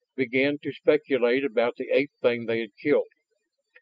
began to speculate about the ape-thing they had killed.